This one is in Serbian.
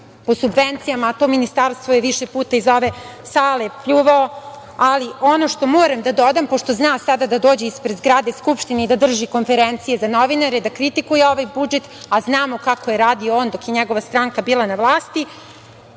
po subvencijama, a to ministarstvo je više puta iz ove sale pljuvao. Ono što moram da dodam, pošto zna sada da dođe ispred zgrade Skupštine i da drži konferencije za novinare, da kritikuje ovaj budžet, a znamo kako je radio on dok je njegova stranka bila na vlasti,